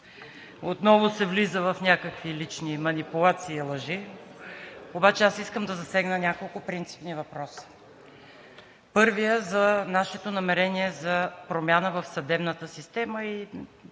Отново се влиза в някакви лични манипулации и лъжи. Искам обаче да засегна няколко принципни въпроса. Първият за нашето намерение за промяна в съдебната система и